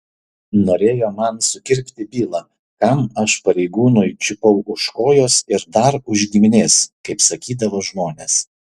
norėjo man sukirpti bylą kam aš pareigūnui čiupau už kojos ir dar už giminės kaip sakydavo žmonės